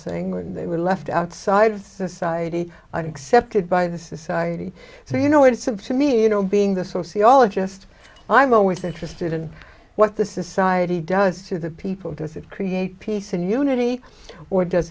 thing when they were left outside of society i excepted by the society so you know it seems to me you know being the sociologist i'm always interested in what the society does to the people does it create peace and unity or does